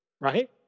Right